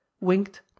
winked